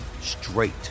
straight